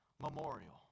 memorial